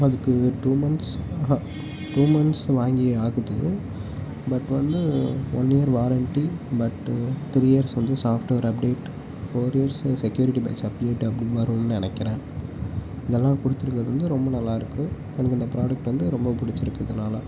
அதுக்கு two months ஆ ஹா டூ மந்த்ஸ் வாங்கி ஆகுது பட் வந்து one year warranty but three years வந்து software update four years security fixes update அப்படின்னு வரும்னு நினைக்கிறேன் இதெல்லாம் கொடுத்துருக்கறது வந்து ரொம்ப நல்லா இருக்குது எனக்கு இந்த ப்ராடக்ட் வந்து ரொம்ப பிடிச்சிருக்கு இதனால்